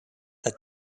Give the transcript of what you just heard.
that